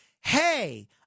hey